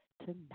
Tonight